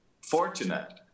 fortunate